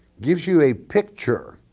gives you a picture